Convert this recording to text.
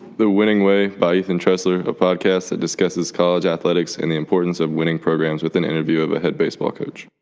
the winning way by ethan tressler a podcast that discusses college athletics and the importance of winning programs with an interview of a head baseball coach.